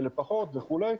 ואלה פחות וכולי,